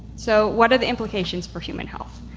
so what are the implications for human health?